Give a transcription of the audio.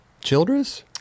Childress